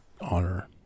Honor